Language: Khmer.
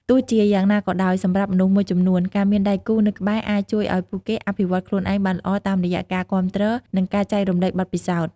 ទោះជាយ៉ាងណាក៏ដោយ សម្រាប់មនុស្សមួយចំនួន ការមានដៃគូនៅក្បែរអាចជួយឱ្យពួកគេអភិវឌ្ឍខ្លួនឯងបានល្អតាមរយៈការគាំទ្រ និងការចែករំលែកបទពិសោធន៍។